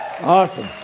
Awesome